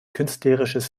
künstlerisches